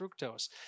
fructose